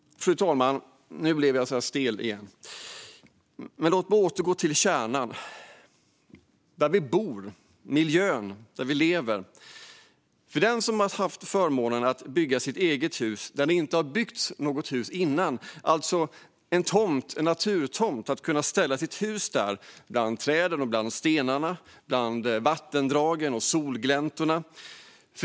Fru talman! Nu blev jag så där stel igen, men låt mig återgå till kärnan: vårt boende och miljön där vi lever. Jag tänker på dem som har haft förmånen att bygga sig ett eget hus, där det tidigare inte har byggts något hus, alltså på en naturtomt. De har kunnat ställa sitt hus bland träden, stenarna, vattendragen och solgläntorna.